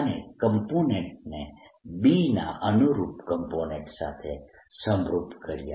અને કોમ્પોનેન્ટ્સ ને B ના અનુરૂપ કોમ્પોનેન્ટ્સ સાથે સમરૂપ કર્યા